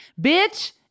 bitch